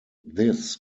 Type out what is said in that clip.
this